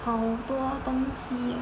好多东西 ah